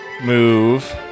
move